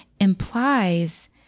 implies